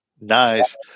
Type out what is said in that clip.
Nice